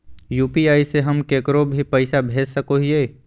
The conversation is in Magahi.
यू.पी.आई से हम केकरो भी पैसा भेज सको हियै?